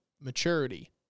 maturity